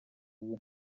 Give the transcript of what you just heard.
ubu